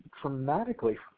dramatically